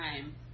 time